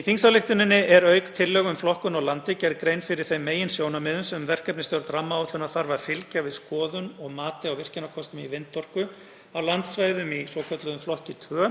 Í þingsályktunartillögunni er auk tillögu um flokkun á landi gerð grein fyrir þeim meginsjónarmiðum sem verkefnisstjórn rammaáætlunar þarf að fylgja við skoðun og mati á virkjunarkostum í vindorku á landsvæðum í svokölluðum flokki 2